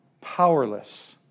powerless